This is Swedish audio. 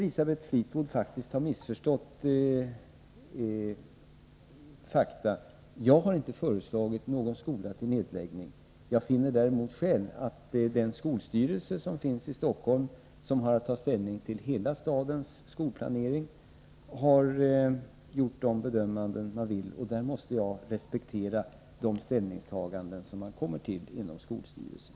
Elisabeth Fleetwood måste faktiskt ha missförstått fakta: Jag har inte föreslagit nedläggning av någon skola. Jag konstaterar däremot själv att skolstyrelsen i Stockholm, som har att ta ställning till hela stadens skolplanering, har gjort denna bedömning, och jag måste respektera skolstyrelsens ställningstaganden.